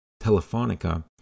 Telefonica